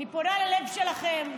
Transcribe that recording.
אני פונה ללב שלכם,